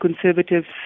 Conservatives